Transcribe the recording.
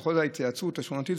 ככל התייעצות שכונתית,